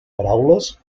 paraules